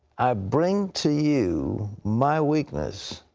i bring to you my weakness.